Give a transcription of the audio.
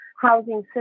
housing